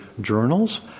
journals